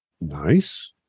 Nice